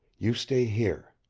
you stay here.